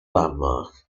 landmark